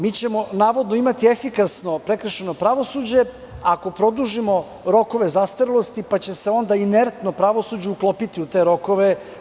Mi ćemo navodno imati efikasno prekršajno pravosuđe ako produžimo rokove zastarelosti, pa će se onda inertno pravosuđe uklopiti u te rokove.